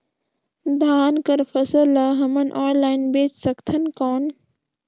धान कर फसल ल हमन ऑनलाइन बेच सकथन कौन?